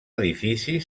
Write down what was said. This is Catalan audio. edifici